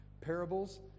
Parables